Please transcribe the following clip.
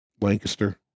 Lancaster